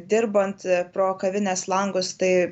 dirbant pro kavinės langus tai